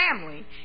family